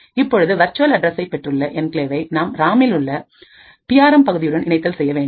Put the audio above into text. இப்பொழுது வர்ச்சுவல்அட்ரசை பெற்றுள்ள என்கிளேவை நாம் ராமில் உள்ள பிஆர்எம் பகுதியுடன் இணைத்தல் செய்யவேண்டும்